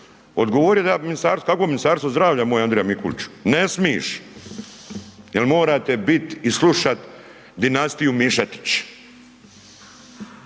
Odgovorio je, kakvo Ministarstvo zdravlja moj Andrija Mikuliću. Ne smiš jel morate bit i slušati dinastiju Mišetić.